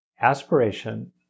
aspiration